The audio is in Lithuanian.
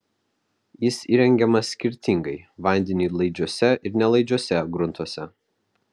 jis įrengiamas skirtingai vandeniui laidžiuose ir nelaidžiuose gruntuose